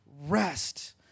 rest